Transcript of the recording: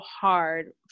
hard